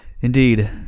Indeed